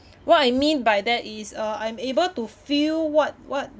what I mean by that is uh I'm able to feel what what